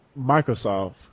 Microsoft